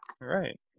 Right